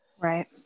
right